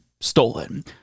stolen